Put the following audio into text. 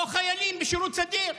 או חיילים בשירות סדיר.